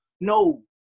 No